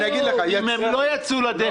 אני אגיד לך --- אם הם לא יצאו לדרך,